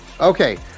Okay